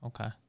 Okay